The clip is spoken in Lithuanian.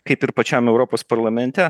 kaip ir pačiam europos parlamente